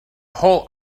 whole